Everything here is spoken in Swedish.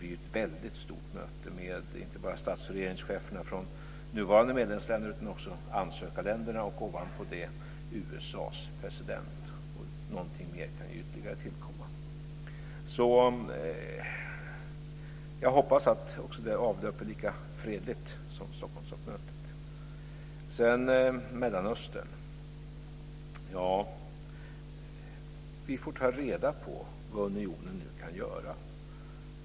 Det blir ett stort möte med inte bara stats och regeringschefer från nuvarande medlemsländerna utan även från ansökarländerna och ovanpå det USA:s president. Någonting mer kan ju ytterligare tillkomma. Jag hoppas att det mötet också kommer att avlöpa lika fredligt som Stockholmstoppmötet. Sedan var det frågan om Mellanöstern. Vi får ta reda på vad unionen kan göra.